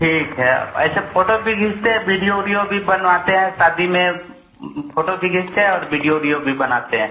ठीक है ऐसे फ़ोटो भी खींचते है बिडियो ओडियो भी बनवाते हैं शादी में फ़ोटो भी खींचते और वीडियो ओडियो भी बनाते हैं